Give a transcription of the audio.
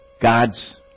God's